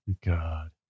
God